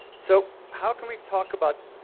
so how can we talk about,